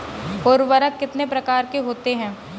उर्वरक कितने प्रकार के होते हैं?